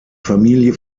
familie